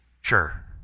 Sure